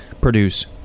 produce